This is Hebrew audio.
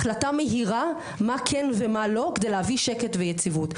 החלטה מהירה מה כן ומה לא כדי להביא שקט ויציבות.